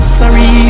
sorry